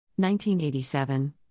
1987